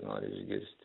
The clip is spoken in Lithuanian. nori išgirsti